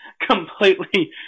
completely